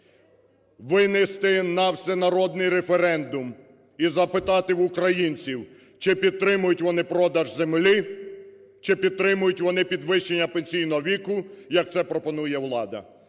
винести на всенародний референдум і запитати в українців, чи підтримують вони продаж землі, чи підтримують вони підвищення пенсійного віку, як це пропонує влада.